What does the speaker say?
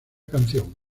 canción